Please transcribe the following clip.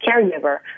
caregiver